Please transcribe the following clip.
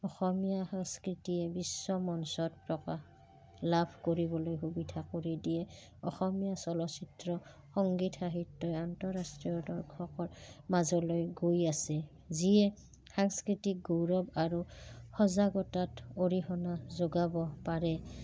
অসমীয়া সাংস্কৃতিয়ে বিশ্ব মঞ্চত প্ৰকাশ লাভ কৰিবলৈ সুবিধা কৰি দিয়ে অসমীয়া চলচ্চিত্ৰ সংগীত সাহিত্যই আন্তঃৰাষ্ট্ৰীয় দৰ্শকৰ মাজলৈ গৈ আছে যিয়ে সাংস্কৃতিক গৌৰৱ আৰু সজাগতাত অৰিহণা যোগাব পাৰে